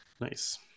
Nice